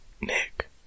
Nick